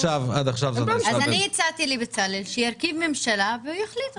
עד עכשיו --- הצעתי לבצלאל שיקים ממשלה ויחליט החלטות.